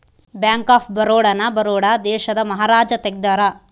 bank of Baroda ನ ಬರೋಡ ದೇಶದ ಮಹಾರಾಜ ತೆಗ್ದಾರ